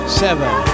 seven